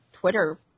twitter